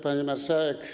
Pani Marszałek!